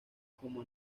como